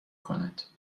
کند